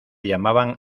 llamaban